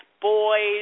boys